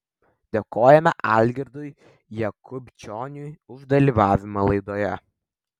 dėkojame algirdui jakubčioniui už dalyvavimą laidoje